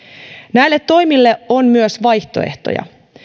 näille toimille on myös vaihtoehtoja